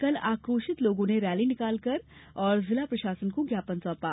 कल आकोशित लोगों ने रैली निकाली और जिला प्रशासन को ज्ञापन सौपा